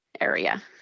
area